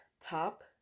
top